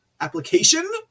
application